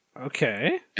Okay